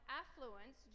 affluence